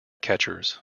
catchers